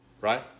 right